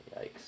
yikes